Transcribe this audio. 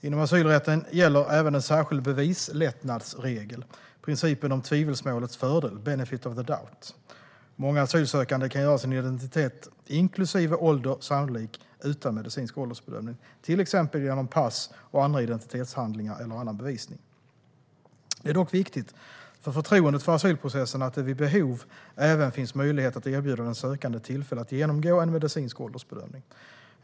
Inom asylrätten gäller även en särskild bevislättnadsregel: principen om tvivelsmålets fördel, benefit of the doubt. Många asylsökande kan göra sin identitet inklusive ålder sannolik utan medicinsk åldersbedömning, till exempel genom pass och andra identitetshandlingar eller annan bevisning. Det är dock viktigt för förtroendet för asylprocessen att det vid behov även finns möjlighet att erbjuda den sökande ett tillfälle att genomgå en medicinsk åldersbedömning.